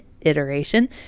iteration